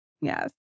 Yes